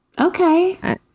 Okay